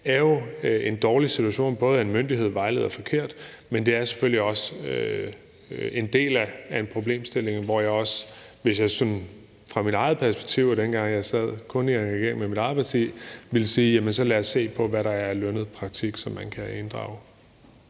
er jo en dårlig situation, altså både det, at en myndighed vejleder forkert, men det er selvfølgelig også en del af en problemstilling, hvor jeg, hvis jeg sådan skulle se på det fra mit eget perspektiv og dengang, jeg kun sad i regeringen med mit eget parti, ville sige, at så lad os se på, hvad der er af lønnet praktik, som man kan inddrage.